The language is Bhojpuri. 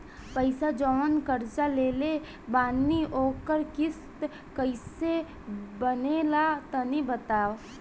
पैसा जऊन कर्जा लेले बानी ओकर किश्त कइसे बनेला तनी बताव?